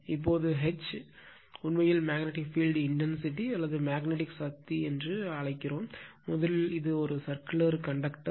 இப்போது H உண்மையில் magnetic field intensity அல்லது மேக்னட்டிக் சக்தி என்று அழைக்கப்படுகிறது முதலில் இது சர்குலர் கண்டக்டர்